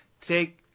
take